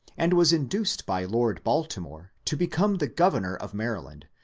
and was induced by lord baltimore to become the governor of maryland,